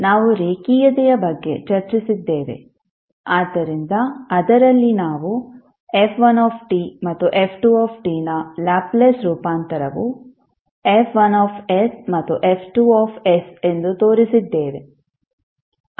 ನಾವು ರೇಖೀಯತೆಯ ಬಗ್ಗೆ ಚರ್ಚಿಸಿದ್ದೇವೆ ಆದ್ದರಿಂದ ಅದರಲ್ಲಿ ನಾವು f1 ಮತ್ತು f2 ನ ಲ್ಯಾಪ್ಲೇಸ್ ರೂಪಾಂತರವು F1 ಮತ್ತು F2 ಎಂದು ತೋರಿಸಿದ್ದೇವೆ